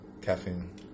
caffeine